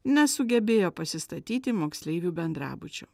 nesugebėjo pasistatyti moksleivių bendrabučio